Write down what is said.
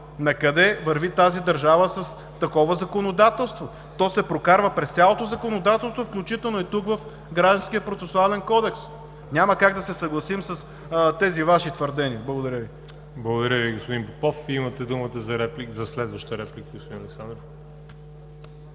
Накъде върви тази държава с такова законодателство?! То се прокарва през цялото законодателство, включително и тук в Гражданския процесуален кодекс. Няма как да се съгласим с тези Ваши твърдения. Благодаря Ви. ПРЕДСЕДАТЕЛ ВАЛЕРИ ЖАБЛЯНОВ: Благодаря Ви, господин Попов. Имате думата за следваща реплика, господин Александров.